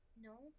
No